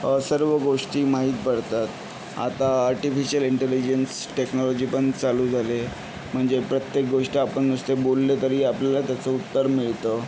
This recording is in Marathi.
सर्व गोष्टी माहीत पडतात आता आर्टिफिशिल इंटेलिजन्स टेक्नॉलॉजी पण चालू झाली आहे म्हणजे प्रत्येक गोष्ट आपण नुसते बोललं तरी आपल्याला त्याचं उत्तर मिळतं